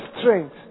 strength